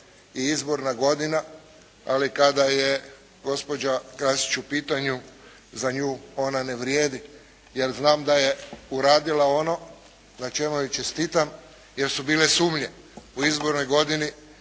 i izborna godina, ali kada je gospođa Krasić u pitanju, za nju ona ne vrijedi, jer znam da je uradila ono, na čemu joj čestitam, jer su bile sumnje u izbornoj godini,